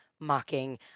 mocking